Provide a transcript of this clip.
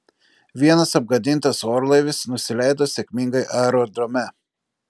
vienas apgadintas orlaivis nusileido sėkmingai aerodrome